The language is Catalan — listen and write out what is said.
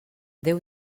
déu